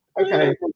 Okay